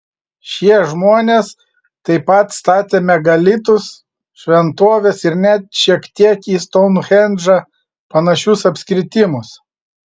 šie žmonės taip pat statė megalitus šventoves ir net šiek tiek į stounhendžą panašius apskritimus